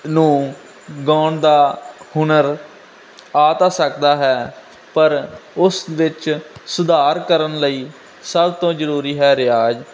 ਨੂੰ ਗਾਉਣ ਦਾ ਹੁਨਰ ਆ ਤਾਂ ਸਕਦਾ ਹੈ ਪਰ ਉਸ ਵਿੱਚ ਸੁਧਾਰ ਕਰਨ ਲਈ ਸਭ ਤੋਂ ਜ਼ਰੂਰੀ ਹੈ ਰਿਆਜ਼